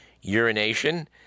urination